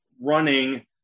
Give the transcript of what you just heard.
running